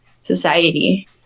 society